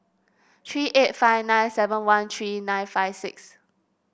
three eight five nine seven one three nine five six